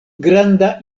granda